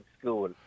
school